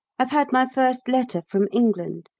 i've had my first letter from england,